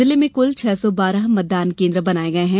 जिले में क्ल छह सौ बारह मतदान केन्द्र बनाये गये हैं